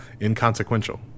Inconsequential